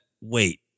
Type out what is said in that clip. wait